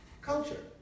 culture